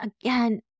again